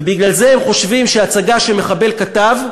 ובגלל זה הם חושבים שהצגה שמחבל כתב,